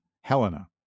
Helena